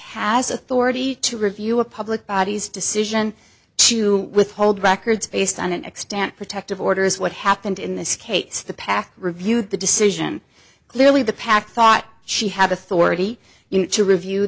has authority to review a public bodies decision to withhold records based on an extent protective orders what happened in this case the pack reviewed the decision clearly the pack thought she had authority to review